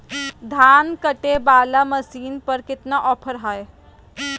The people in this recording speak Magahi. धान कटे बाला मसीन पर कितना ऑफर हाय?